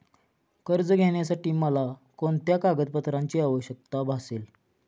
कर्ज घेण्यासाठी मला कोणत्या कागदपत्रांची आवश्यकता भासेल?